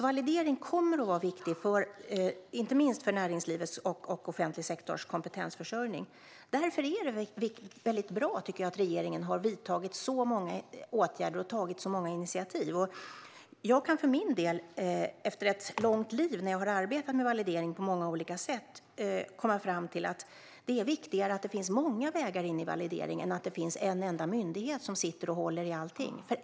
Validering kommer att vara viktigt inte minst för näringslivets och offentliga sektorns kompetensförsörjning. Därför är det bra att regeringen har vidtagit så många åtgärder och tagit så många initiativ. Jag har efter ett långt liv där jag har arbetat med validering på många olika sätt kommit fram till att det är viktigare att det finns många vägar in i valideringen än att det finns en enda myndighet som håller i allt.